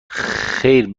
خیر